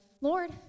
Lord